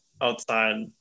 outside